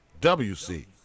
WC